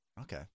Okay